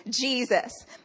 Jesus